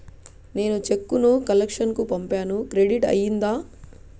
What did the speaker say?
నేను చెక్కు ను కలెక్షన్ కు పంపాను క్రెడిట్ అయ్యిందా